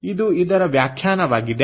ಇದು ಇದರ ವ್ಯಾಖ್ಯಾನವಾಗಿದೆ